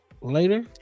later